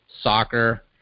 soccer